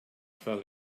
fell